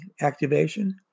activation